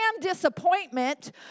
disappointment